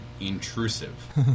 intrusive